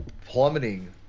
plummeting